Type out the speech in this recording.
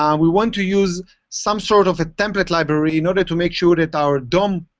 um we want to use some sort of a temperate library, in order to make sure that our dom